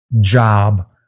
job